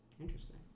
Interesting